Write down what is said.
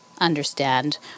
understand